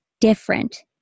different